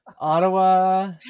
Ottawa